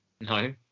No